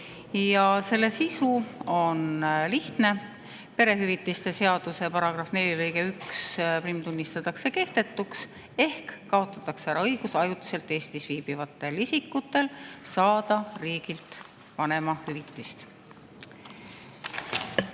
selle sisu on lihtne: perehüvitiste seaduse § 4 lõige 11tunnistatakse kehtetuks ehk kaotatakse ära õigus ajutiselt Eestis viibivatel isikutel saada riigilt vanemahüvitist.